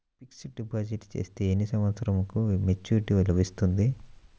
Fixed deposit చేస్తే ఎన్ని సంవత్సరంకు మెచూరిటీ లభిస్తుంది?